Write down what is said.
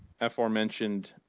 aforementioned